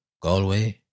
Galway